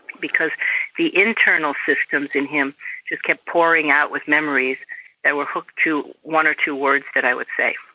because the internal systems in him just kept pouring out with memories that were hooked to one or two words that i would say.